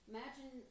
Imagine